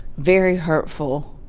very hurtful.